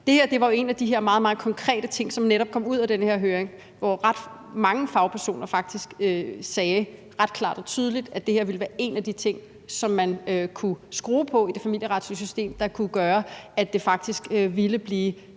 Det her var jo en af de meget, meget konkrete ting, som netop kom ud af den her høring, hvor ret mange fagpersoner faktisk sagde ret klart og tydeligt, at det her ville være en af de ting, som man kunne skrue på i det familieretlige system, der kunne gøre, at det faktisk ville blive